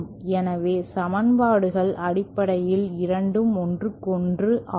எனவே சமன்பாடுகள் அடிப்படையில் இரண்டும்ஒன்றுக்கொன்று ஆகும்